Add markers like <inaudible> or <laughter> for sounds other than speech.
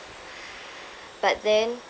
<breath> but then